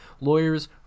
lawyers